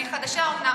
אני חדשה אומנם,